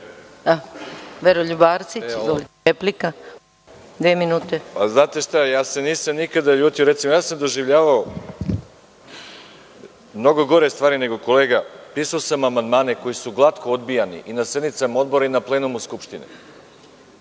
Veroljub Arsić, replika. **Veroljub Arsić** Znate šta, ja se nisam nikada ljutio. Recimo, ja sam doživljavao mnogo gore stvari nego kolega, pisao sam amandmane koji su glatko odbijani i na sednicama odbora i na plenumu Skupštine,